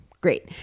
Great